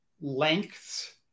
lengths